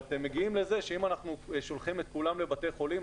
ואתם מגיעים לזה שאם אנחנו שולחים את כולם לבתי חולים,